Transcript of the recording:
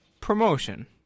promotion